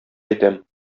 әйтәм